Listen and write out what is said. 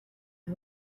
and